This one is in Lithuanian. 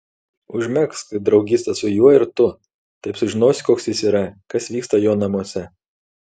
užmegzk draugystę su juo ir tu taip sužinosi koks jis yra kas vyksta jo namuose